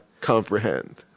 comprehend